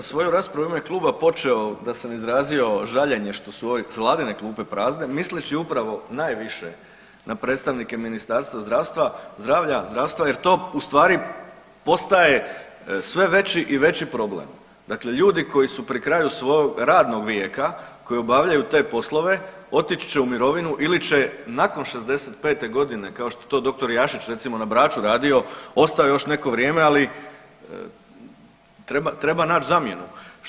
Ja sam svoju raspravu u ime kluba počeo da sam izrazio žaljenje što su ove vladine klupe prazne misleći upravo najviše na predstavnike Ministarstva zdravstva, zdravlja, zdravstva jer to u stvari postaje sve veći i veći problem, dakle ljudi koji su pri kraju svog radnog vijeka koji obavljaju te poslove otići će u mirovinu ili će nakon 65 godine kao što je to dr. Jašić recimo na Braču radio, ostao je još neko vrijeme ali treba naći zamjenu.